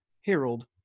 Harold